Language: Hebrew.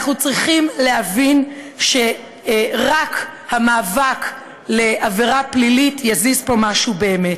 אנחנו צריכים להבין שרק המאבק לעבירה פלילית יזיז פה משהו באמת.